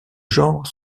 genre